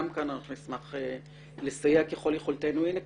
גם כאן אנחנו נשמח לסייע ככל יכולתנו.